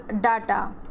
data